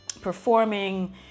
performing